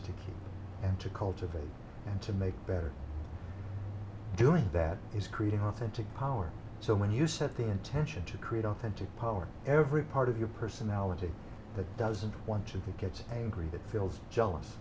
keep and to cultivate and to make better doing that is creating authentic power so when you set the intention to create authentic power every part of your personality that doesn't want to that gets angry that feels jealous